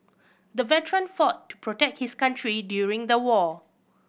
the veteran fought to protect his country during the war